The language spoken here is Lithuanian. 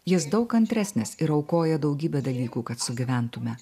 jis daug kantresnis ir aukoja daugybę dalykų kad sugyventume